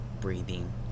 breathing